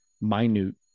minute